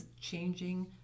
changing